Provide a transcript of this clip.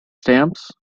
stamps